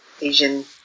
Asian